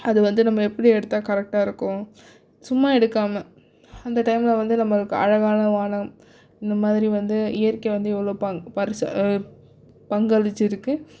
அது வந்து நம்ம எப்படி எடுத்தால் கரெக்டாக இருக்கும் சும்மா எடுக்காமல் அந்த டைம்ல வந்து நம்மளுக்கு அழகான வானம் இந்தமாதிரி வந்து இயற்கை வந்து இவ்வளோ பங் பரிசு பங்களிச்சிருக்குது